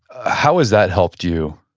how has that helped you?